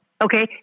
Okay